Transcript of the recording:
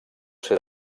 ser